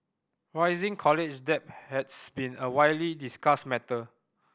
rising college debt has been a widely discussed matter